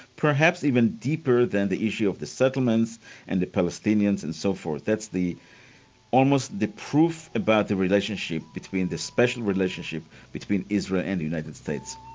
perhaps even deeper than the issue of the settlements and the palestinians and so forth. that's almost the proof about the relationship between the special relationship between israel and the united states.